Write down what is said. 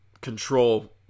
control